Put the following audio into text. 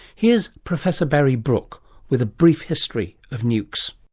here's professor barry brook with a brief history of nukes.